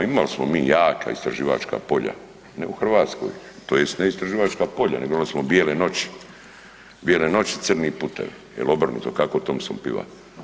Imali smo mi jaka istraživačka polja, ne u Hrvatskoj, tj. ne istraživačka polja nego imali smo bijele noći, bijele noći crni putevi, il obrnuto kako Thompson piva.